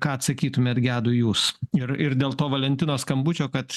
ką atsakytumėt gedui jūs ir ir dėl to valentino skambučio kad